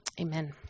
amen